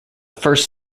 first